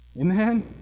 Amen